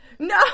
No